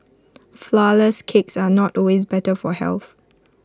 Flourless Cakes are not always better for health